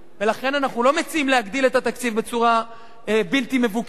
ולכן אנחנו לא מציעים להגדיל את התקציב בצורה בלתי מבוקרת.